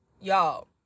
y'all